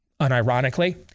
unironically